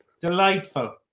Delightful